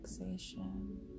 relaxation